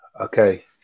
Okay